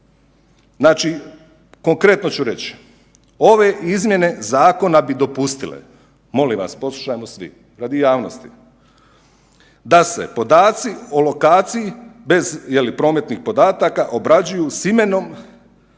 Znači konkretno ću reći, ove izmjene zakona bi dopustile, molim vas poslušajmo svi radi javnosti, da se podaci o lokaciji bez prometnih podataka obrađuju s imenovanom